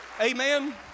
amen